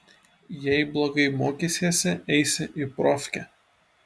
jei blogai mokysiesi eisi į profkę